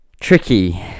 Tricky